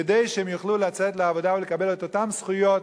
כדי שהן יוכלו לצאת לעבודה ולקבל את אותן זכויות,